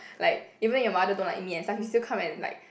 like even your mother don't like me and stuff you still come and like